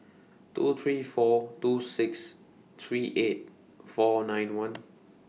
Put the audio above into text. two three four two six three eight four nine one